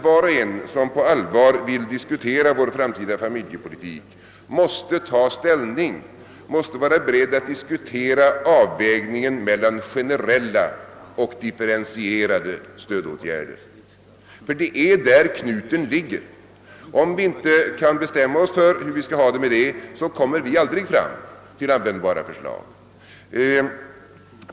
Var och en som på allvar vill diskutera vår framtida familjepolitik måste vara beredd att ta ställning till avvägningen mellan generella och differentierade stödåtgärder, ty det är där knuten ligger. Om vi inte kan bestämma oss för hur vi skall ha det på den punkten, kommer vi aldrig fram till användbara förslag.